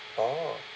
oh